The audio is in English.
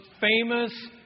famous